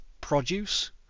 produce